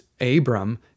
Abram